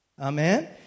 Amen